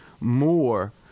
more